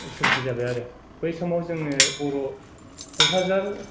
सुक्ति जाबाय आरो बै समाव जोङो बर' क'क्राझार